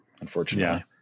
unfortunately